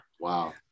Wow